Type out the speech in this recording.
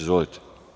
Izvolite.